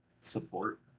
support